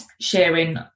sharing